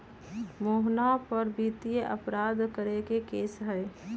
मोहना पर वित्तीय अपराध करे के केस हई